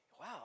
wow